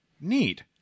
Neat